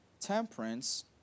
Temperance